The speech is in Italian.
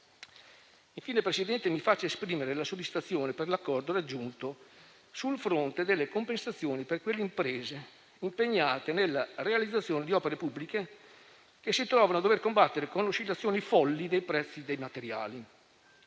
signor Presidente, mi faccia esprimere soddisfazione per l'accordo raggiunto sul fronte delle compensazioni per quelle imprese impegnate nella realizzazione di opere pubbliche che si trovano a dover combattere con oscillazioni folli dei prezzi dei materiali.